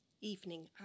evening